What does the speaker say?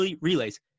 relays